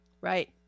Right